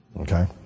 Okay